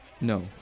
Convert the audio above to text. No